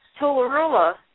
Tularula